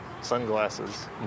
sunglasses